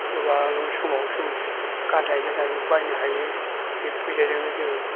गोबां समाव गाननाय जोमनायबो बायनो हायो बे फैसाजोंनो जोङो